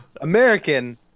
American